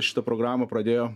šitą programą pradėjo